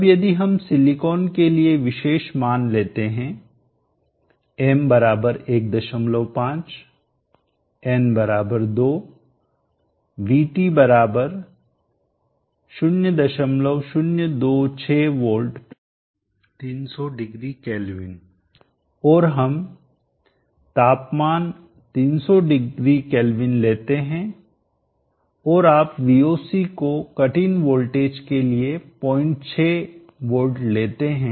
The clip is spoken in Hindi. अब यदि हम सिलिकॉन के लिए विशेष मान लेते हैं m 15 n 2 VT 0026 V 3000 kelvin और हम तापमान 3000 केल्विन लेते हैं और आप Voc को कटइन वोल्टेज के लिए 06 वोल्ट लेते हैं